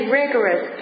rigorous